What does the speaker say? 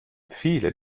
viele